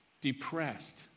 depressed